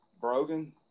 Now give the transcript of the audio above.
Brogan